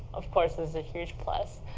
of course, was a huge plus.